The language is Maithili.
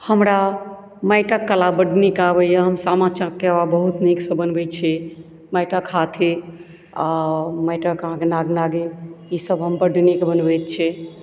हमरा माटिक कला बड्ड नीक आबैया हम सामा चकेवा बहुत नीकसँ बनबै छी माटिक हाथी आ माटिक आहाँके नाग नागिन ई सब हम बड्ड नीक बनबैत छी